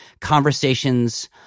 conversations